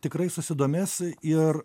tikrai susidomės ir